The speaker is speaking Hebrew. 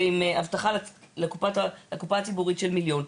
ועם הבטחה לקופה הציבורית של מיליון.